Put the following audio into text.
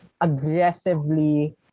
aggressively